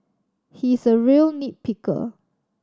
he is a real nit picker